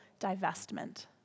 divestment